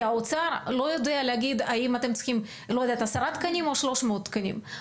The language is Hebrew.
האוצר לא יודע להגיד האם אתם צריכים עשרה תקנים או 300 תקנים.